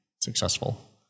successful